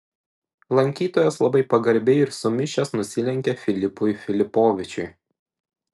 lankytojas labai pagarbiai ir sumišęs nusilenkė filipui filipovičiui